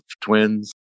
twins